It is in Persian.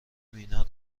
مینا